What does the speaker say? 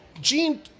Gene